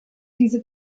diese